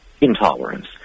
intolerance